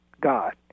God